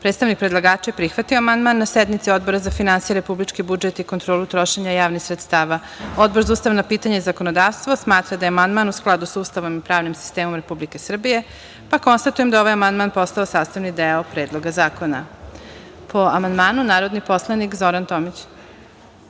sredstava. Predstavnik predlagača je prihvatio amandman na sednici Odbora za finansije, republički budžet i kontrolu trošenja javnih sredstava. Odbor za ustavna pitanja i zakonodavstvo smatra da je amandman u skladu sa ustavom i pravnim sistemom Republike Srbije. Konstatujem da je ovaj amandman postao sastavni deo predloga zakona. Da li neko želi